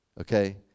Okay